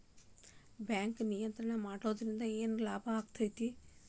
ಬ್ಯಾಂಕನ್ನ ನಿಯಂತ್ರಣ ಮಾಡೊದ್ರಿಂದ್ ಏನ್ ಲಾಭಾಕ್ಕತಿ?